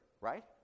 right